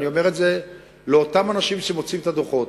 ואני אומר את זה לאותם אנשים שמוציאים את הדוחות: